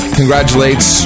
congratulates